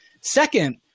Second